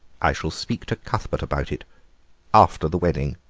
i shall speak to cuthbert about it after the wedding,